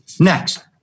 Next